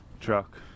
truck